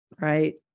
Right